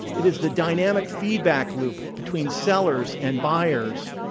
it is the dynamic feedback loop between sellers and buyers.